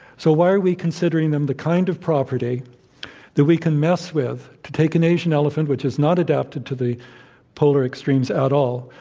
so why are we considering them the kind of property that we can mess with to take an asian elephant, which is not adapted to the polar extremes at all,